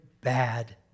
bad